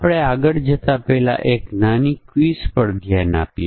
આપણે આ નિર્ણય કોષ્ટકનો વિકાસ કરી શકીએ છીએ